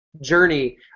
journey